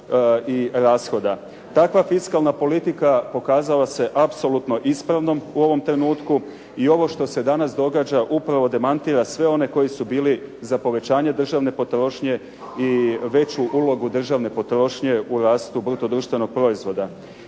Takva fiskalna politika pokazala se apsolutno ispravnom u ovom trenutku i ovo što se danas događa upravo demantira sve one koji su bili za povećanje državne potrošnje i veću ulogu državne potrošnje u rastu bruto društvenog proizvoda.